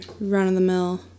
run-of-the-mill